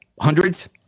Hundreds